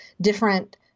different